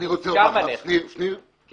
שניר, עם